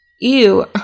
Ew